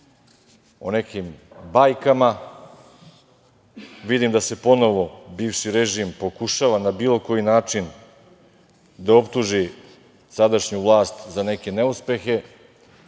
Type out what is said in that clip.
o nekim bajkama. Vidim da ponovo bivši režim pokušava na bilo koji način da optuži sadašnju vlast za neke neuspehe